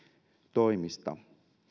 toimista